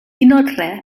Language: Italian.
inoltre